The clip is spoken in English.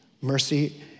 mercy